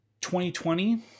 2020